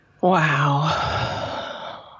Wow